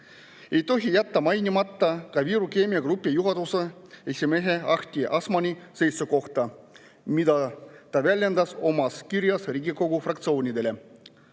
Ei tohi jätta mainimata ka Viru Keemia Grupi juhatuse esimehe Ahti Asmanni seisukohta, mida ta väljendas oma kirjas Riigikogu fraktsioonidele.